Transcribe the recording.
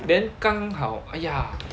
then 刚好 !aiya!